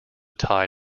tie